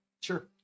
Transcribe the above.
sure